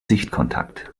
sichtkontakt